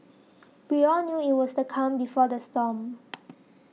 we all knew that it was the calm before the storm